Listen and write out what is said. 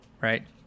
right